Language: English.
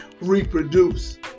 reproduce